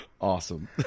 Awesome